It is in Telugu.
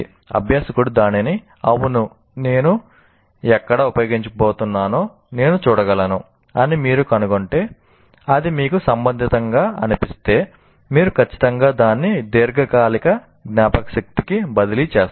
అభ్యాసకుడు దానిని 'అవును నేను ఎక్కడ ఉపయోగించబోతున్నానో నేను చూడగలను' అని మీరు కనుగొంటే అది మీకు సంబంధితంగా అనిపిస్తే మీరు ఖచ్చితంగా దాన్ని దీర్ఘకాలిక జ్ఞాపకశక్తికి బదిలీ చేస్తారు